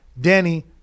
Danny